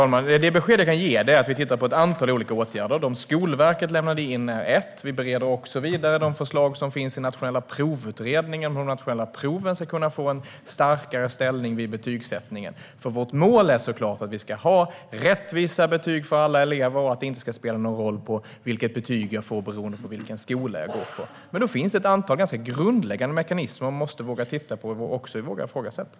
Herr talman! Det besked jag kan ge är att vi tittar på ett antal olika åtgärder, bland annat de förslag som Skolverket lämnade in. Vi bereder också de förslag som finns i utredningen om nationella prov. Det handlar om hur de nationella proven ska kunna få en starkare ställning vid betygsättningen. Vårt mål är såklart att vi ska ha rättvisa betyg för alla elever och att det inte ska spela någon roll för betygen vilken skola man går på. Men då finns det ett antal ganska grundläggande mekanismer som man måste våga titta på och också våga ifrågasätta.